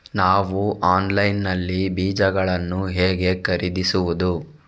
ನಾವು ಆನ್ಲೈನ್ ನಲ್ಲಿ ಬೀಜಗಳನ್ನು ಹೇಗೆ ಖರೀದಿಸುವುದು?